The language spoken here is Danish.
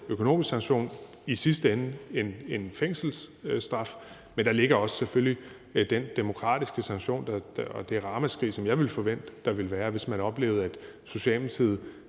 økonomisk sanktion og i sidste ende en fængselsstraf, men der ligger selvfølgelig også den demokratiske sanktion og det ramaskrig, som jeg ville forvente der ville komme, hvis man oplevede, at Socialdemokratiet